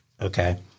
Okay